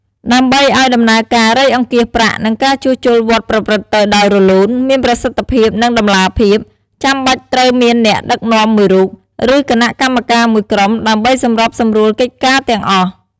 ដើម្បីឱ្យដំណើរការរៃអង្គាសប្រាក់ និងការជួសជុលវត្តប្រព្រឹត្តទៅដោយរលូន មានប្រសិទ្ធភាព និងតម្លាភាព ចាំបាច់ត្រូវមានអ្នកដឹកនាំមួយរូប ឬគណៈកម្មការមួយក្រុម ដើម្បីសម្របសម្រួលកិច្ចការទាំងអស់។